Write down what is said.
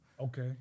Okay